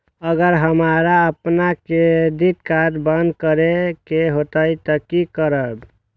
अगर हमरा आपन क्रेडिट कार्ड बंद करै के हेतै त की करबै?